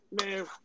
Man